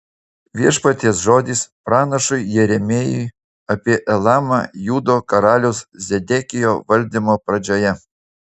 viešpaties žodis pranašui jeremijui apie elamą judo karaliaus zedekijo valdymo pradžioje